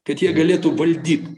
kad jie galėtų valdyt